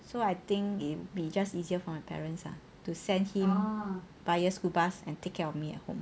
so I think it'll be just easier for my parents ah to send him via school bus and take care of me at home